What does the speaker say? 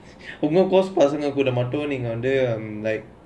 உங்கே:ungae course பசங்க கூத்தே மட்டும் நீங்க:passanga kutthae mattum neenga like